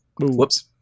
Whoops